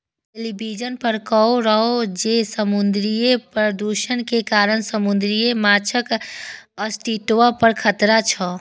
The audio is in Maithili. टेलिविजन पर कहै रहै जे समुद्री प्रदूषण के कारण समुद्री माछक अस्तित्व पर खतरा छै